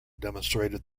demonstrated